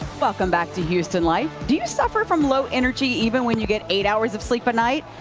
welcome back to houston life. do you stuff from low energy even when you get eight hours of sleep a night?